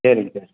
சரிங்க சார்